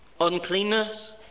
Uncleanness